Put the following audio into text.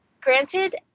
Granted